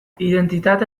identitate